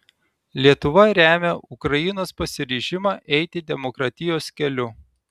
lietuva remia ukrainos pasiryžimą eiti demokratijos keliu